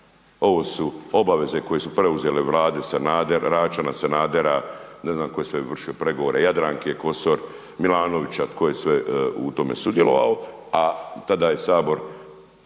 Ovo su obaveze koje su preuzele vlade Sanader, Račana, Sanadera, ne znam tko je sve vršio pregovore Jadranka Kosor, Milanovića, tko je sve u tome sudjelovao, a tada je sabor